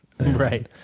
right